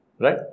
Right